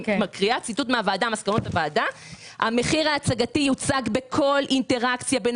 ואני מקריאה: המחיר ההצגתי יוצג בכל אינטראקציה בין